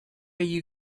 you